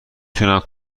تونم